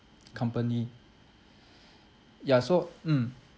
company ya so mm